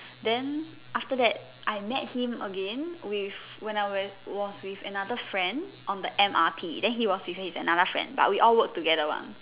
then after that I met him again with when I were was with another friend on the M_R_T then he was with his another friend but we all work together one